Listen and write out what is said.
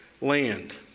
land